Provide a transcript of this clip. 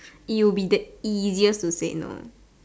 it would be the easiest to say no